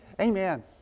Amen